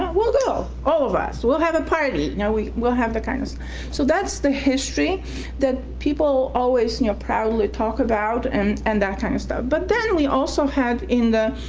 we'll go all of us. we'll have a party you know we will have the kind of so that's the history that people always proudly talk about and and that kind of stuff, but then we also had in the